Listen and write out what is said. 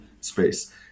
space